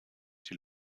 die